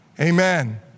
amen